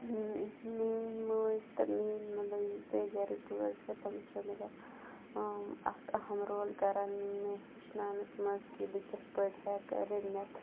میٛٲنۍ موج تہٕ میٛٲنۍ مطلب یِم تہِ گَرِکۍ بٲژ چھِ تِم چھِ مطلب اَکھ اہم رول کران مےٚ ہیٚچھناونَس منٛز کہِ بہٕ کِتھ پٲٹھۍ ہیٚکہٕ رٔنِتھ